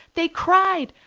they cried,